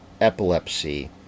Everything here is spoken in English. epilepsy